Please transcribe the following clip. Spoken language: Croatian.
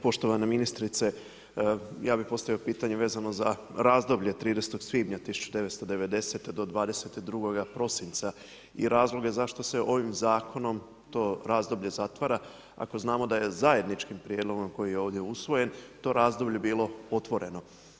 Poštovana ministrice, ja bih postavio pitanje vezano za razdoblje 13. svibnja 1990. do 22. prosinca i razloge zašto se ovim zakonom to razdoblje zatvara ako znamo da je zajedničkim prijedlogom koji je ovdje usvojen, to razdoblje bilo otvoreno.